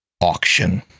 auction